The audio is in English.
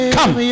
Come